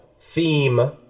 theme